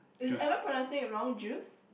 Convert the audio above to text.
is am I pronouncing it wrong Jews